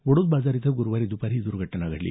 वडोदबाजार इथं गुरुवारी दुपारी ही दुर्घटना घडली